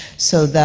so,